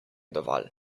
dovolj